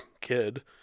kid